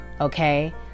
Okay